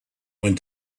went